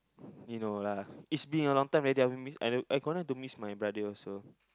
you know lah it's been a long time already I miss I gonna to miss my brother also